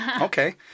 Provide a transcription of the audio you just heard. Okay